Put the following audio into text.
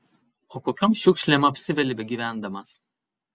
o kokiom šiukšlėm apsiveli begyvendamas